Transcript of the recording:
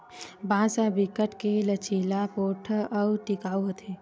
बांस ह बिकट के लचीला, पोठ अउ टिकऊ होथे